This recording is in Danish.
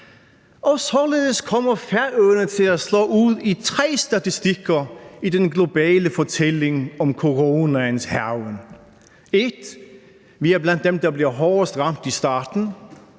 således kommer Færøerne til at slå ud i tre statistikker i den globale fortælling om coronaens hærgen: 1) vi er blandt dem, der bliver hårdest ramt i starten,